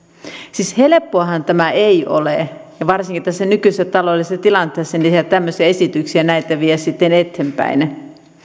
siis helppoahan tämä ei ole ja varsinkin tässä nykyisessä taloudellisessa tilanteessa tehdä tämmöisiä esityksiä ja näitä viedä sitten eteenpäin